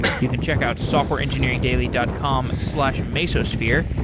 you can check out softwareengineeringdaily dot com slash mesosphere,